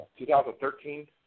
2013